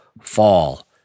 fall